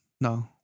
No